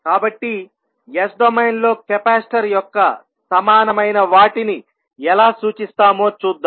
కాబట్టి S domain లో capacitor యొక్క సమానమైన వాటిని ఎలా సూచిస్తామో చూద్దాం